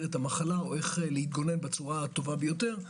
את המחלה או איך להתגונן בצורה הטובה ביותר.